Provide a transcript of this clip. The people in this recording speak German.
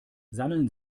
sammeln